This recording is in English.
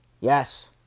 Yes